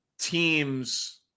teams